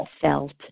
felt